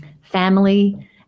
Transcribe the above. family